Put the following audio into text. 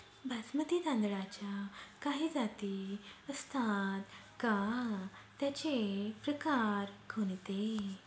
बासमती तांदळाच्या काही जाती असतात का, त्याचे प्रकार कोणते?